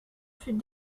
fut